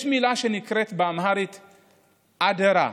יש מילה שנקראת באמהרית "אדרה".